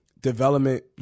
development